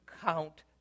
count